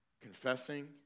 confessing